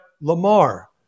Lamar